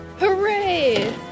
Hooray